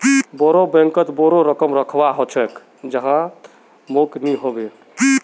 बोरो बैंकत बोरो रकम रखवा ह छेक जहात मोक नइ ह बे